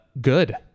good